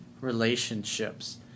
relationships